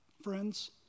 friends